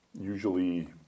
usually